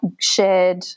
shared